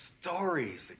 stories